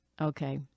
Okay